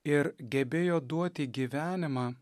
ir gebėjo duoti gyvenimą